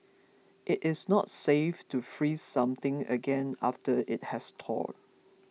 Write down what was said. it is not safe to freeze something again after it has thawed